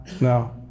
no